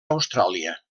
austràlia